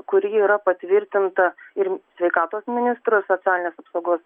kuri yra patvirtinta ir sveikatos ministro socialinės apsaugos